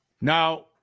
Now